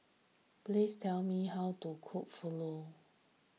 please tell me how to cook Fugu